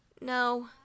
No